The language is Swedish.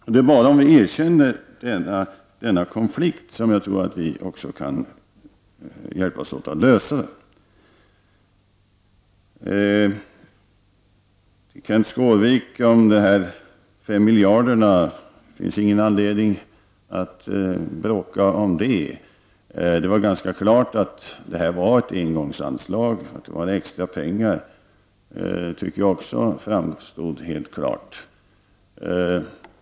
Jag tror att det enda sättet för oss att gemensamt komma fram till en lösning är att vi erkänner denna konflikt. Så något om de 5 miljarderna, Kenth Skårvik! Det finns ingen anledning att bråka om den saken. Det är ganska klart att det här är ett engångsanslag. Att det är extrapengar tycker jag också har framstått helt klart.